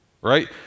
Right